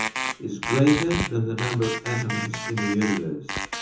is greater than the number of atoms in the universe.